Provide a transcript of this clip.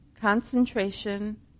concentration